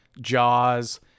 Jaws